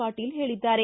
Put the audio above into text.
ಪಾಟೀಲ್ ಹೇಳಿದ್ದಾರೆ